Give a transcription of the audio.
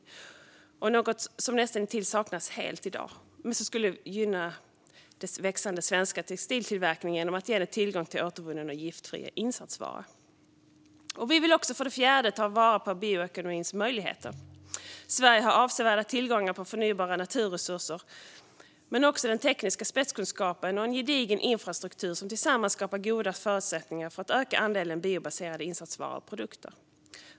Detta är något som näst intill saknas helt i dag men som skulle gynna den växande svenska textiltillverkningen genom att ge den tillgång till återvunna och giftfria insatsvaror. Det fjärde är att ta vara på bioekonomins möjligheter. Sverige har avsevärda tillgångar på förnybara naturresurser men också den tekniska spetskunskapen och en gedigen infrastruktur som tillsammans skapar goda förutsättningar för att öka andelen biobaserade insatsvaror och produkter.